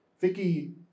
Vicky